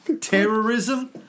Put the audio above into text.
Terrorism